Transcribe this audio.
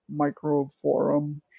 Microforum